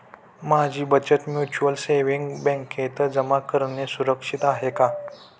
माझी बचत mutual savings बँकेत जमा करणे सुरक्षित आहे का